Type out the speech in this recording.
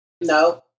No